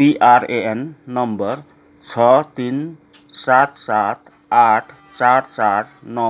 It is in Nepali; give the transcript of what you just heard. पिआरएएन नम्बर छ तिन सात सात आठ चार चार नौ